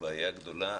בעיה גדולה,